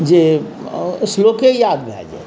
जे श्लोके याद भऽ जाइ